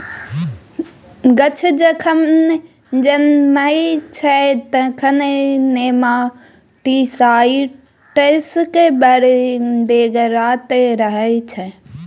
गाछ जखन जनमय छै तखन नेमाटीसाइड्सक बड़ बेगरता रहय छै